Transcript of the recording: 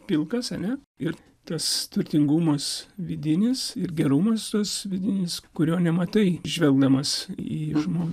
pilkas a ne ir tas turtingumas vidinis ir gerumas tas vidinis kurio nematai žvelgdamas į žmogų